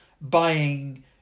Buying